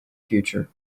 future